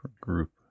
group